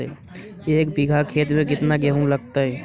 एक बिघा खेत में केतना गेहूं लगतै?